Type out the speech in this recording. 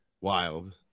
wild